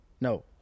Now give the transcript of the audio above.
No